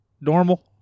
normal